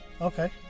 okay